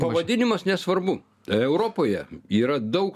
vadinimas nesvarbu europoje yra daug